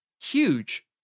huge